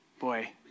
boy